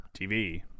tv